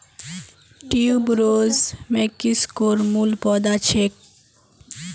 tuberose मेक्सिकोर मूल पौधा छेक